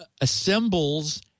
assembles